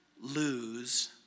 lose